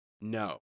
no